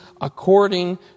according